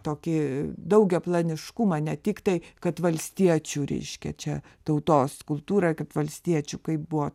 tokį daugiaplaniškumą ne tik tai kad valstiečių reiškia čia tautos kultūra kad valstiečių kaip buvo